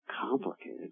complicated